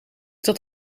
dat